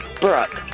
Brooke